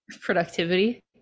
productivity